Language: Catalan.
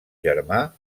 germà